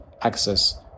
access